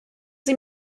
sie